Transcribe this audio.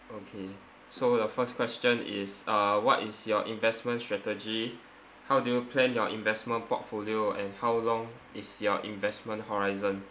okay so the first question is uh what is your investment strategy how do you plan your investment portfolio and how long is your investment horizon